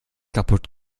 kaputt